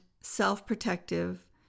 self-protective